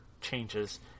changes